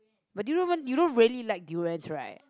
but do you even you don't really like durians right